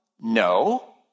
No